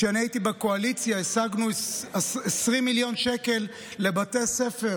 כשאני הייתי בקואליציה השגנו 20 מיליון שקל לבתי ספר